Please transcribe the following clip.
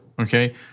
okay